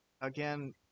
again